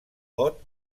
pot